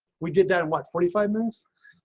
we did that and what forty five minutes